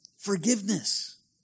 Forgiveness